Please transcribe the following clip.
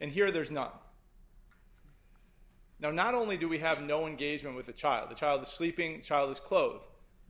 here there is not now not only do we have no engagement with the child the child the sleeping child is clothed